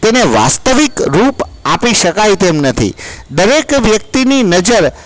તેને વાસ્તવિક રૂપ આપી શકાય તેમ નથી દરેક વ્યક્તિની નજર